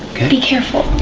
be careful.